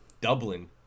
dublin